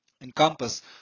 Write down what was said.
encompass